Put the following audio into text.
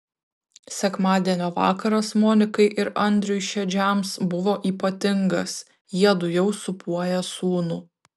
sekmadienio vakaras monikai ir andriui šedžiams buvo ypatingas jiedu jau sūpuoja sūnų